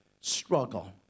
struggle